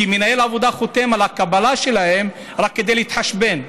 כי מנהל העבודה חותם על הקבלה שלהם רק כדי להתחשבן,